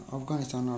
Afghanistan